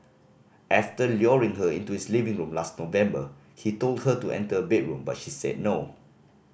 after luring her into his living room last November he told her to enter a bedroom but she said no